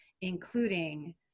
including